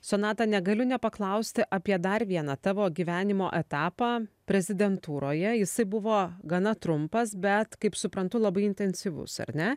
sonata negaliu nepaklausti apie dar vieną tavo gyvenimo etapą prezidentūroje jisai buvo gana trumpas bet kaip suprantu labai intensyvus ar ne